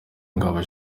w’ingabo